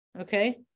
okay